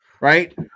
right